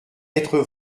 être